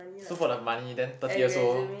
so for the money then thirty years old